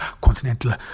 continental